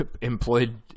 employed